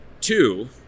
Two